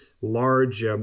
large